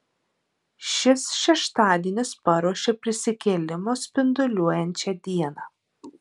šis šeštadienis paruošia prisikėlimo spinduliuojančią dieną